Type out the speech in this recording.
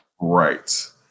Right